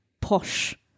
posh